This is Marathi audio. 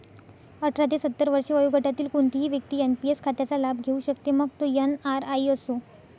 अठरा ते सत्तर वर्षे वयोगटातील कोणतीही व्यक्ती एन.पी.एस खात्याचा लाभ घेऊ शकते, मग तो एन.आर.आई असो